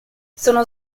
sono